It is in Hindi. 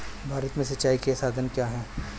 भारत में सिंचाई के साधन क्या है?